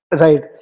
Right